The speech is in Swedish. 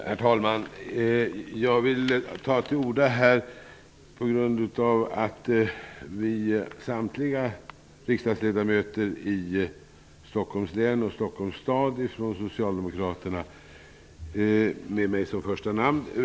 Herr talman! Jag ville ta till orda här av den anledningen att samtliga socialdemokratiska riksdagsledamöter från Stockholms län och Stockholms stad har väckt en motion med mitt namn som första namn.